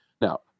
now